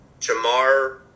Jamar